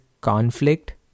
conflict